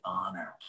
honor